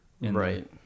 Right